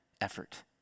effort